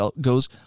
goes